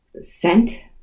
scent